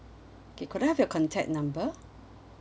okay could I have your contact number